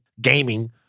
gaming